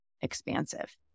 expansive